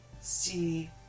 see